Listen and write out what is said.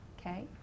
okay